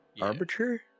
Arbiter